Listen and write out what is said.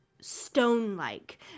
stone-like